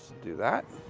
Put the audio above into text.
do that.